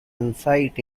insight